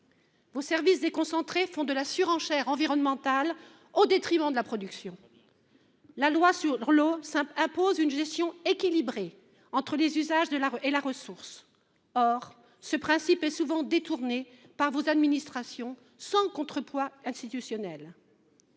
Les services déconcentrés du ministère font de la surenchère environnementale au détriment de la production ! La loi sur l’eau impose une gestion équilibrée entre les usages et la ressource. Pourtant, ce principe est trop souvent détourné par les administrations du ministère sans contrepoids institutionnel